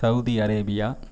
Saudi Arabia